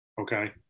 Okay